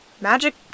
Magic